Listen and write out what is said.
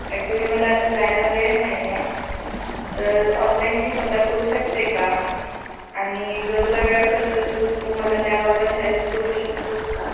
actually मला आता जायला वेळ नाही आहे तर ऑनलाईन मी स्वतः करू शकते का आणि जर तुला वेळ असेल तर तू तू मला त्याबाबत हेल्प करू शकतोस का